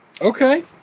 okay